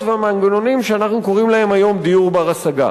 והמנגנונים שאנחנו קוראים להם היום דיור בר-השגה.